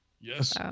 Yes